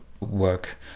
work